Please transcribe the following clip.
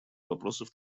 вопросов